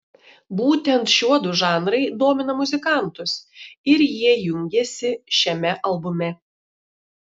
būtent šiuodu žanrai domina muzikantus ir jie jungiasi šiame albume